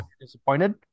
disappointed